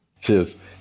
Cheers